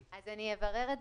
לגבי ערעור אין הארכה.